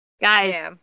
guys